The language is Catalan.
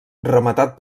rematat